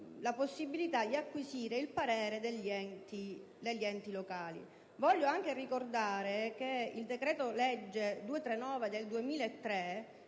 la possibilità di acquisire il parere degli enti locali. Voglio anche ricordare che il decreto-legge n. 239 del 2003,